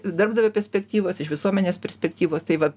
darbdavio perspektyvos iš visuomenės perspektyvos tai va